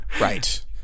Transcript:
Right